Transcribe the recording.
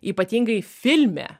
ypatingai filme